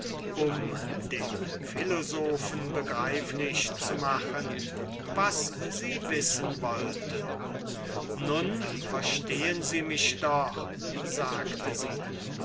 um dem philosophen begreiflich zu machen was sie wissen wollte nun verstehen sie mich doch sagte sie